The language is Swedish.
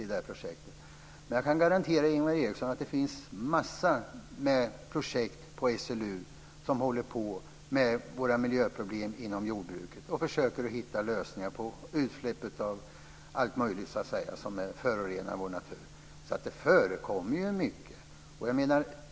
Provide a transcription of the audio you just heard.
Ingvar Eriksson, jag kan garantera att det finns en mängd projekt på SLU där man jobbar med miljöproblemen inom jordbruket och försöker hitta lösningar vad gäller utsläpp av allt möjligt som förorenar vår natur. Det görs alltså mycket.